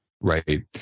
right